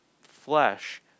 flesh